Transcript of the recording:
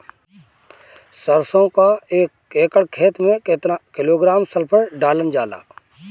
सरसों क एक एकड़ खेते में केतना किलोग्राम सल्फर डालल जाला?